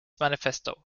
manifesto